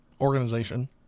organization